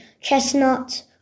chestnut